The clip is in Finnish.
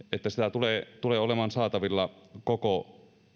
tulee tulee olemaan saatavilla koko